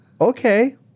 Okay